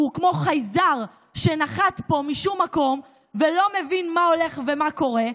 שהוא כמו חייזר שנחת פה משום מקום ולא מבין מה הולך ומה קורה.